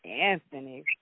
Anthony